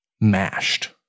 mashed